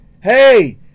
Hey